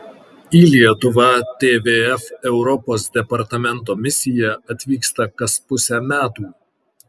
į lietuvą tvf europos departamento misija atvyksta kas pusę metų